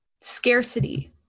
Scarcity